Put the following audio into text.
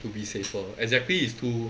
would be safer exactly is too